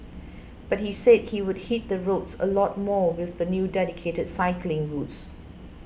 but he said he would hit the roads a lot more with the new dedicated cycling routes